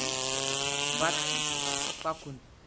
پتہٕ پکُن